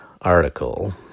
article